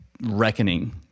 reckoning